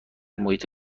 محیط